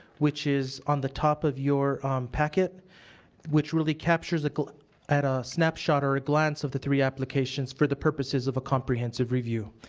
which is on the top of your packet which really captures a snapshot or a glance of the three applications for the purposes of a comprehensive review.